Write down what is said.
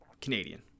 Canadian